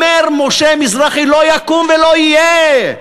אומר משה מזרחי: לא יקום ולא יהיה.